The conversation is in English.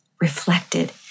reflected